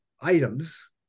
items